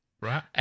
Right